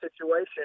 situation